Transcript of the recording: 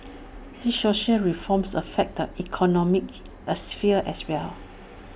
these social reforms affect economic as sphere as well